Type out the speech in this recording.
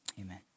Amen